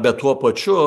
bet tuo pačiu